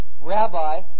Rabbi